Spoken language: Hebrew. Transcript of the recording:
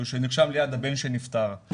שנרשם ליד הבן שנפטר.